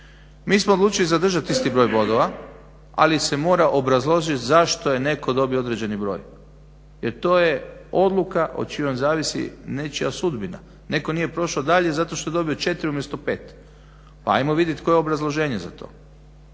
Mi smo odlučili zadržati isti broj bodova, ali se mora obrazložit zašto je netko dobio određeni broj, jer to je odluka o čijoj zavisi nečija sudbina, netko nije prošao dalje zato što je dobio 4 umjesto 5, pa ajmo vidjet koje je obrazloženje za to.